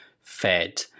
Fed